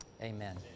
Amen